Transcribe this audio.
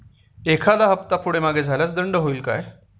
एखादा हफ्ता पुढे मागे झाल्यास दंड होईल काय?